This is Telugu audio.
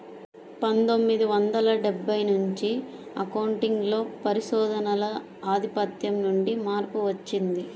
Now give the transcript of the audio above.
పందొమ్మిది వందల డెబ్బై నుంచి అకౌంటింగ్ లో పరిశోధనల ఆధిపత్యం నుండి మార్పు వచ్చింది